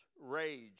rage